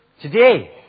today